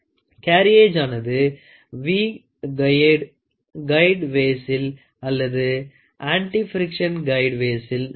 கேரியேஜானது V கையேடு வேய்சில் அல்லது அண்டிப்பிரிக்ஷன் கையிடு வேய்சில் நகரும்